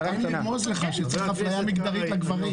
רק לרמוז לך שצריך אפליה מגדרית לגברים.